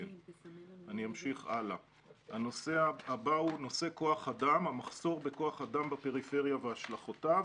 הנושא הבא הוא כוח אדם המחסור בכוח אדם בפריפריה והשלכותיו.